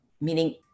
meaning